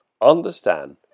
understand